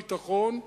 בבקשה תקבע,